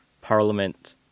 parliament